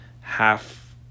half